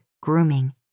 grooming